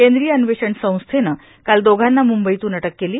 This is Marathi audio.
केंद्रीय अन्वेषण संस्थेनं काल दोघांना मुंबईतून अटक केली